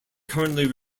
currently